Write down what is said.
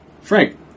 Frank